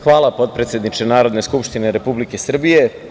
Hvala, potpredsedniče Narodne skupštine Republike Srbije.